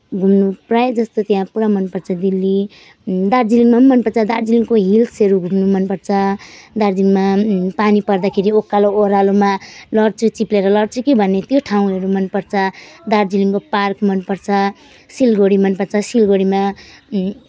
घुम्नु प्रायःजस्तो त्यहाँ पुरा मनपर्छ दिल्ली दार्जिलिङमा पनि मनपर्छ दार्जिलिङको हिल्सहरू घुम्नु मनपर्छ दार्जिलिङमा पानी पर्दाखेरि उकालो ओह्रालोमा लड्छु चिप्लेर लड्छु कि भन्ने त्यो ठाउँहरू मनपर्छ दार्जिलिङको पार्क मनपर्छ सिलगढी मनपर्छ सिलगढीमा